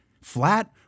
flat